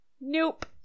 Nope